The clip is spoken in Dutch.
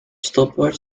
stopbord